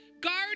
Guard